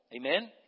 Amen